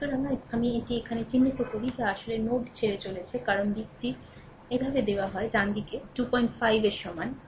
সুতরাং আমি এটি এখানে চিহ্নিত করি যা আসলে নোড ছেড়ে চলেছে কারণ দিকটি এভাবে দেওয়া হয় ডানদিকে 25 এর সমান